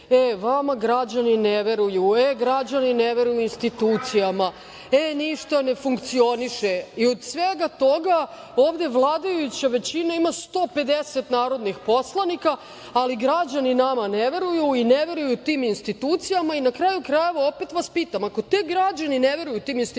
e vama građani ne veruju, e građani ne veruju u institucije, e ništa ne funkcioniše i od svega toga ovde vladajuća većina ima 150 narodnih poslanika, ali građani nama ne veruju i ne veruju tim institucijama i na kraju krajeva opet vas pitam – ako građani ne veruju tim institucijama,